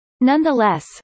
Nonetheless